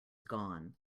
gone